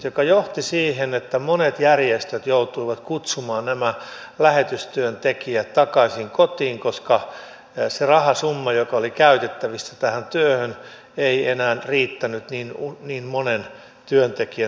se johti siihen että monet järjestöt joutuivat kutsumaan nämä lähetystyöntekijät takaisin kotiin koska se rahasumma joka oli käytettävissä tähän työhön ei enää riittänyt niin monen työntekijän työllistämiseen